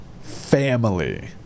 family